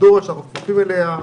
פרוצדורה שאנחנו מתייחסים אליה,